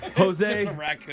Jose